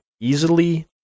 easily